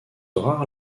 rare